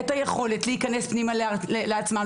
את היכולת להיכנס פנימה לעצמם,